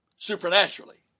Supernaturally